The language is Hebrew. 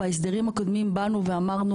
בהסדרים הקודמים אמרנו,